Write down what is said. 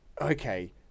okay